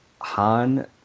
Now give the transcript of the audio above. Han